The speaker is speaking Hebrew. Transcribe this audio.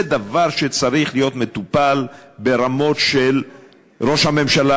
זה דבר שצריך להיות מטופל ברמות של ראש הממשלה,